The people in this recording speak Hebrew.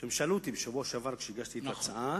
שהם שאלו אותי, בשבוע שעבר, כשהגשתי את ההצעה,